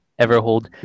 Everhold